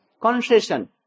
Concession